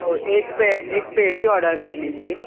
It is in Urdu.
اور ایک پیٹ ایک پیٹی آڈر کر لیجیے